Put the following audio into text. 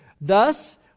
thus